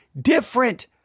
different